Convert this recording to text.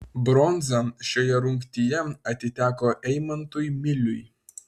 bronza šioje rungtyje atiteko eimantui miliui